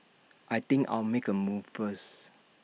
I think I'll make A move first